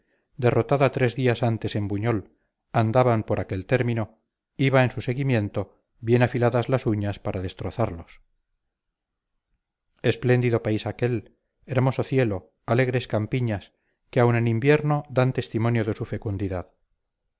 derrotada tres días antes en buñol andaban por aquel término iba en su seguimiento bien afiladas las uñas para destrozarlos espléndido país aquel hermoso cielo alegres campiñas que aun en invierno dan testimonio de su fecundidad